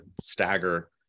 stagger